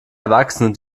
erwachsenen